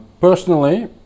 Personally